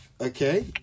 Okay